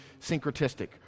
syncretistic